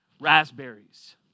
raspberries